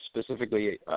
specifically